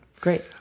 Great